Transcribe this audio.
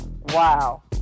Wow